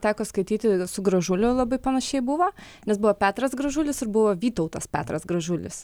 teko skaityti su gražuliu labai panašiai buvo nes buvo petras gražulis ir buvo vytautas petras gražulis